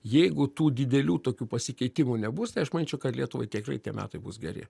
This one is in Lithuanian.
jeigu tų didelių tokių pasikeitimų nebus tai aš manyčiau kad lietuvai teikrai tie metai bus geri